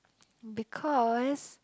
because